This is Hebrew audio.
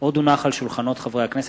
סולודקין